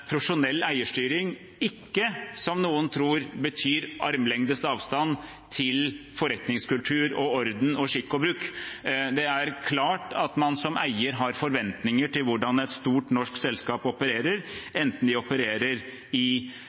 profesjonell eierstyring ikke betyr, som noen tror, armlengdes avstand til forretningskultur og orden og skikk og bruk. Det er klart at man som eier har forventninger til hvordan et stort norsk selskap opererer, enten de opererer i